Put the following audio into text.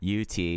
UT